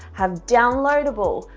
have downloadable,